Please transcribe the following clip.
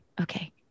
Okay